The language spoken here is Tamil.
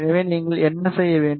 எனவே நீங்கள் என்ன செய்ய வேண்டும்